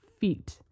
feet